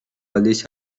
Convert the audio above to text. aldiz